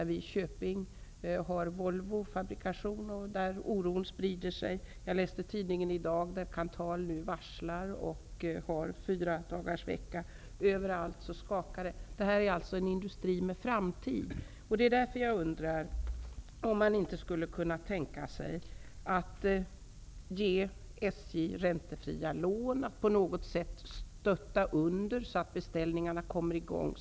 I Köping där man har Volvofabrikation sprider sig oron. Jag läste i tidningen i dag att Kanthal nu varslar om uppsägningar och att fyradagarsvecka har införts. Överallt skakar det. Det här är ändå en industri med framtid. Därför undrar jag om man inte skulle kunna tänka sig att ge SJ räntefria lån, att på något sätt stötta så att beställningarna kommer i gång.